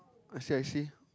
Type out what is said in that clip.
I see I see